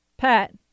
Pat